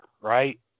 right